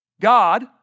God